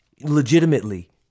legitimately